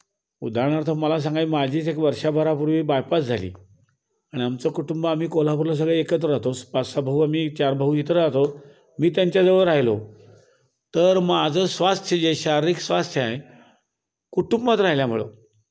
उदाहरणार्थ मला सांगाय माझीच एक वर्षभरापूर्वी बायपास झाली आणि आमचं कुटुंब आम्ही कोल्हापुरला सगळे एकत्र राहतो पाच सहा भाऊ आम्ही चार भाऊ इथं राहतो मी त्यांच्याजवळ राहिलो तर माझं स्वास्थ्य जे शारीरिक स्वास्थ्य आहे कुटुंबात राहिल्यामुळं